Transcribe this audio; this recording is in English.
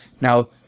Now